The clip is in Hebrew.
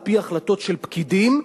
על-פי החלטות של פקידים,